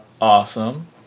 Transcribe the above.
awesome